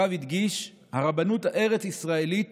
הרב הדגיש: הרבנות הארץ-ישראלית